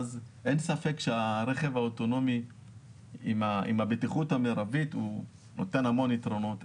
אין ספק שהרכב האוטונומי עם הבטיחות המרבית נותן המון יתרונות.